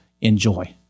enjoy